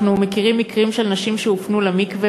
אנחנו מכירים מקרים של נשים שהופנו למקווה